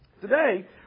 today